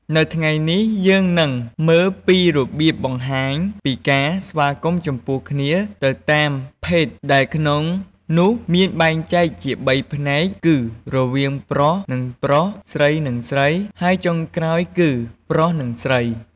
នៅថ្ងៃនេះ យើងនឹងមើលពីរបៀបបង្ហាញពីការស្វាគមន៌ចំពោះគ្នា ទៅតាមភេទ ដែលក្នុងនោះមានបែងចែកជាបីផ្នែកគឺរវាងប្រុស និងប្រុស ស្រី និង ស្រី ហើយចុងក្រោយគឺ ប្រុស និងស្រី។